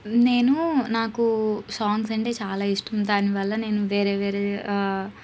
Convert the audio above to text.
నేనూ నాకు సాంగ్స్ అంటే చాలా ఇష్టం దానివల్ల నేను వేరే వేరే